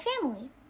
family